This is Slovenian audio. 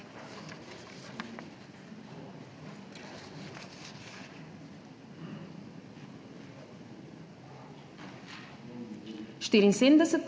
hvala.